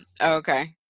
okay